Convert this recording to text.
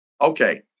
Okay